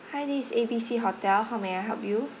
hi this is A B C hotel how may I help you